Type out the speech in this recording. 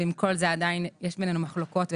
ועם כל זה עדיין יש בינינו מחלוקות ופערים.